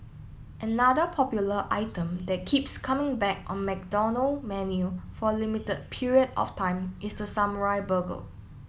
another popular item that keeps coming back on McDonald menu for limited period of time is the samurai burger